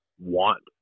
want